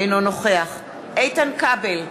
אינו נוכח איתן כבל,